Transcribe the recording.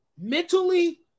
mentally